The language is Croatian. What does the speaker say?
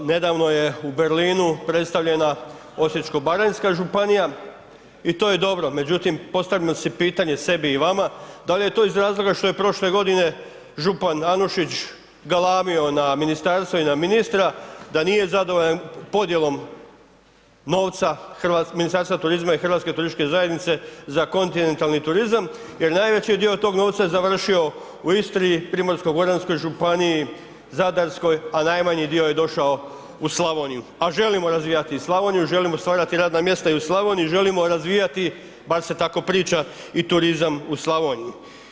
Nedavno je u Berlinu predstavljena Osječko-baranjska županija, i to je dobro, međutim postavimo si pitanje sebi i vama, dal' je to iz razloga što je prošle godine župan Anušić galamio na Ministarstvo i na ministra da nije zadovoljan podjelom novca Ministarstva turizma i Hrvatske turističke zajednice za kontinentalni turizam jer najveći dio tog novca je završio u Istri, Primorsko-goranskoj županiji, Zadarskoj, a najmanji dio je došao u Slavoniju, a želimo razvijati i Slavoniju, želimo stvarati radna mjesta i u Slavoniji, želimo razvijati bar se tako priča i turizam u Slavoniji.